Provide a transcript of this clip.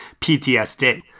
PTSD